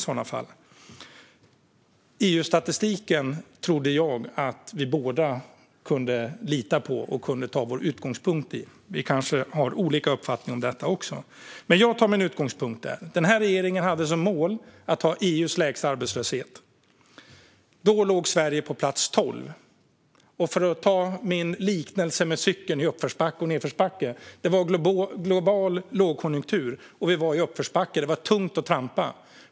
Jag trodde att vi båda kunde lita på EU-statistiken och ta vår utgångspunkt i den. Vi kanske har olika uppfattningar om det också. Men jag tar min utgångspunkt där. Den här regeringen hade som mål att ha EU:s lägsta arbetslöshet. År 2014 låg Sverige på plats 12. För att ta min liknelse med cykeln i uppförsbacke och nedförsbacke var det global lågkonjunktur, och vi var i en uppförsbacke. Det var tungt att trampa.